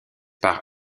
par